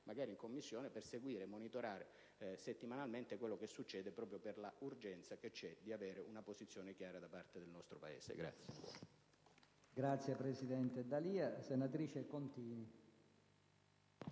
magari in Commissione, per seguire e monitorare settimanalmente quanto succede, proprio per l'urgenza di avere una posizione chiara da parte del nostro Paese.